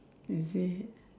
is it